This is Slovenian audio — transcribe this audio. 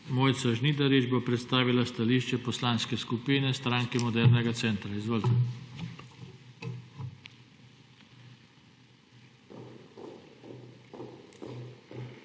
Mojca Žnidarič bo predstavila stališče Poslanske skupine Stranke modernega centra. Izvolite.